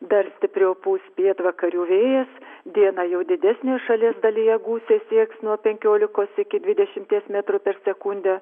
dar stipriau pūs pietvakarių vėjas dieną jau didesnėje šalies dalyje gūsiai sieks nuo penkiolikos iki dvidešimties metrų per sekundę